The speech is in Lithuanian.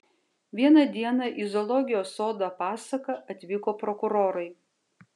vieną dieną į zoologijos sodą pasaką atvyko prokurorai